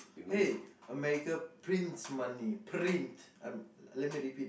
hey America prints money print um let me repeat